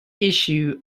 issue